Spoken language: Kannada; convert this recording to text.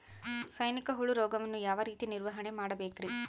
ಸೈನಿಕ ಹುಳು ರೋಗವನ್ನು ಯಾವ ರೇತಿ ನಿರ್ವಹಣೆ ಮಾಡಬೇಕ್ರಿ?